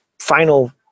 final